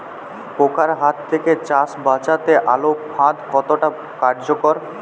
পোকার হাত থেকে চাষ বাচাতে আলোক ফাঁদ কতটা কার্যকর?